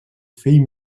fill